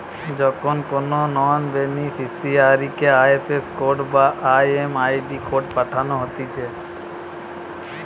যখন কোনো নন বেনিফিসারিকে আই.এফ.এস কোড বা এম.এম.আই.ডি কোড পাঠানো হতিছে